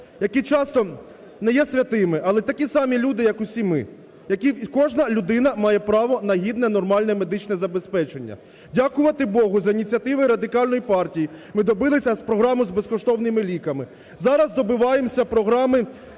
які часто не є святими, але такі самі люди як усі ми, які як і кожна людина, має право на гідне, нормальне, медичне забезпечення. Дякувати Богу, за ініціативи Радикальної партії ми добилися програми з безкоштовними ліками, зараз добиваємося програма